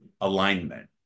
alignment